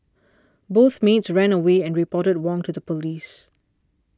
both maids ran away and reported Wong to the police